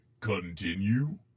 Continue